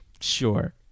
Sure